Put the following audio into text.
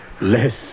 Less